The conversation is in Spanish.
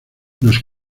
nos